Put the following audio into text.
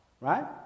Right